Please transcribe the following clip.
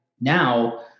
now